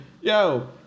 Yo